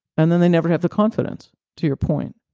and then they never have the confidence to your point,